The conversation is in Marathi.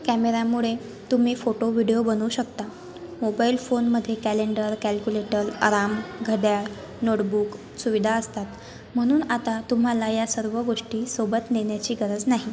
कॅमेऱ्यामुळे तुम्ही फोटो व्हिडिओ बनवू शकता मोबाईल फोनमध्ये कॅलेंडर कॅल्कुलेटर अराम घड्याळ नोटबुक सुविधा असतात म्हणून आता तुम्हाला या सर्व गोष्टी सोबत नेण्याची गरज नाही